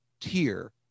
tier